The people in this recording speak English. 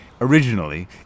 Originally